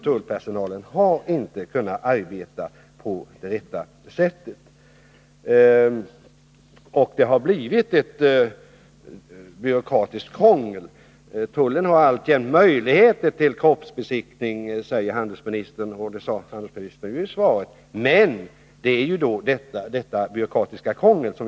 Tullpersonalen har inte kunnat arbeta på rätt sätt, och det har blivit ett byråkratiskt krångel. Tullen har, som handelsministern säger i svaret, alltjämt möjlighet att utföra kroppsbesiktning, men man har dock detta byråkratiska krångel.